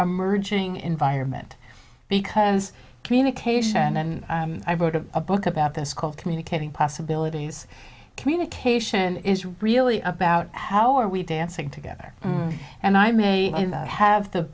emerging environment because communication and i wrote a book about this called communicating possibilities communication is really about how are we dancing together and i may have the